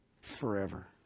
forever